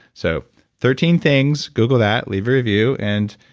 so thirteen things, google that leave a review. and,